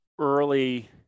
early